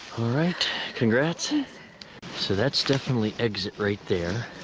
all right congrats so that's definitely exit right there